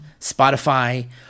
Spotify